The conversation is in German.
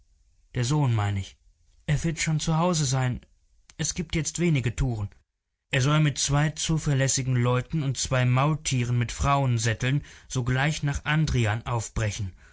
der sohn mein ich er wird schon zu haus sein es gibt jetzt wenig touren er soll mit zwei zuverlässigen leuten und zwei maultieren mit frauensätteln sogleich nach andrian aufbrechen